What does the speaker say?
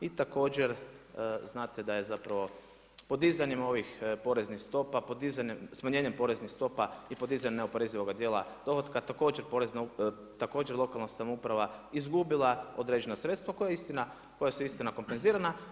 I također znate da je zapravo podizanjem ovih poreznih stopa, podizanjem, smanjenjem poreznih stopa i podizanjem neoporezivoga djela dohotka također lokalna samouprava izgubila određena sredstva koja su istina kompenzirana.